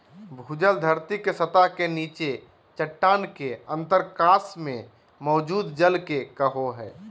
भूजल धरती के सतह के नीचे चट्टान के अंतरकाश में मौजूद जल के कहो हइ